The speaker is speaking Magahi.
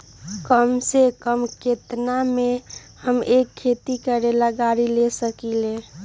कम से कम केतना में हम एक खेती करेला गाड़ी ले सकींले?